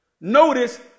Notice